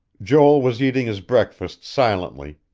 joel was eating his breakfast silently,